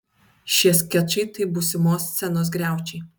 šie skečai tai būsimos scenos griaučiai